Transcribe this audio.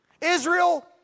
Israel